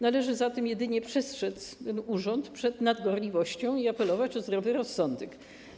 Należy jedynie przestrzec urząd przed nadgorliwością i apelować o zdrowy rozsądek.